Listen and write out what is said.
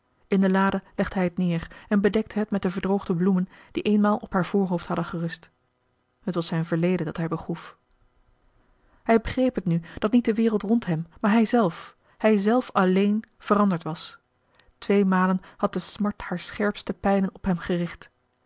in de lade legde hij t neer en bedekte het met de verdroogde bloemen die eenmaal op haar voorhoofd hadden gerust het was zijn verleden dat hij begroef hij begreep het nu dat niet de wereld rond hem maar hij zelf hij zelf alleen veranderd was tweemalen had de smart haar scherpste pijlen op hem gericht